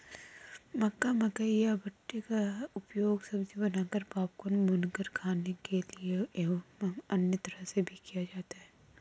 मक्का, मकई या भुट्टे का उपयोग सब्जी बनाकर, पॉपकॉर्न, भूनकर खाने के रूप में एवं अन्य तरह से भी किया जाता है